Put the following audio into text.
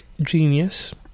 genius